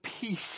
peace